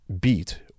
beat